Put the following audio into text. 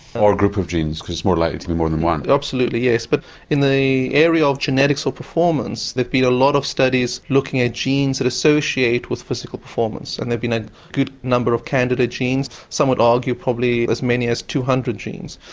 or group of genes because it's more likely to be more than one. absolutely yes. but in the area of genetics or performance there'd be a lot of studies looking at genes that associate with physical performance and they've been a good number of candidate genes, some would argue probably as many as two hundred genes.